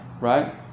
right